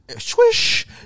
Swish